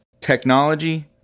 technology